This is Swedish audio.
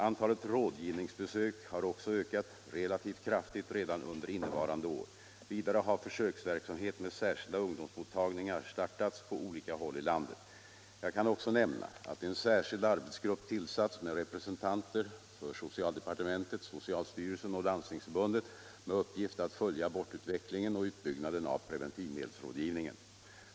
Antalet rådgivningsbesök har också ökat relativt kraftigt redan under innevarande år. Vidare har försöksverksamhet med särskilda ungdomsmottagningar startats på olika håll i landet. Jag kan också nämna att en särskild arbetsgrupp tillsatts med representanter för socialdepartementet, socialstyrelsen och Landstingsförbundet med uppgift att följa abortutvecklingen och utbyggnaden av preventivmedelsrådgivningen.